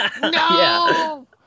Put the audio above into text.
No